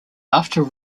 after